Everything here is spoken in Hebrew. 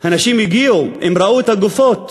הנשים הגיעו, הן ראו את הגופות,